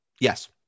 Yes